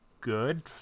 good